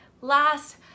last